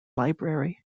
library